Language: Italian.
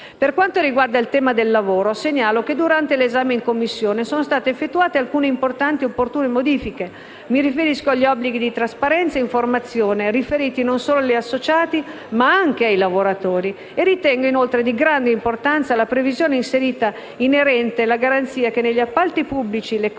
Per quanto riguarda il tema del lavoro, segnalo che durante l'esame in Commissione sono state effettuate alcune importanti ed opportune modifiche: mi riferisco agli obblighi di trasparenza e informazione, che sono riferiti non solo agli associati ma anche ai lavoratori. Ritengo inoltre di grande importanza la previsione inserita inerente la garanzia che negli appalti pubblici le condizioni